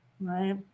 right